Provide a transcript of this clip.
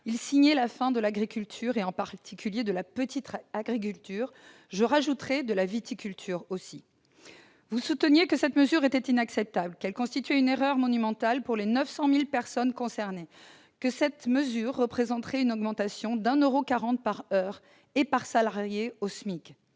il signait la fin de l'agriculture, en particulier de la petite agriculture, ainsi que, ajouterai-je même, de la viticulture. Vous souteniez que cette mesure était inacceptable, qu'elle constituait une erreur monumentale pour les 900 000 personnes concernées, qu'elle représenterait une augmentation de 1,40 euro par heure et par salarié au SMIC.